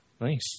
Nice